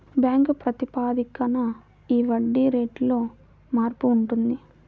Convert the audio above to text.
bank ప్రాతిపదికన ఈ వడ్డీ రేటులో మార్పు ఉంటుంది